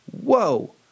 whoa